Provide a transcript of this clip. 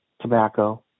tobacco